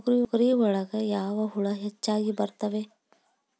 ತೊಗರಿ ಒಳಗ ಯಾವ ಹುಳ ಹೆಚ್ಚಾಗಿ ಬರ್ತವೆ?